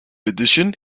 addition